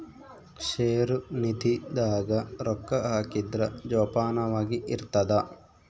ಷೇರು ನಿಧಿ ದಾಗ ರೊಕ್ಕ ಹಾಕಿದ್ರ ಜೋಪಾನವಾಗಿ ಇರ್ತದ